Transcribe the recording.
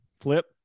flip